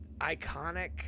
iconic